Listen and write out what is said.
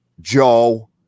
Joe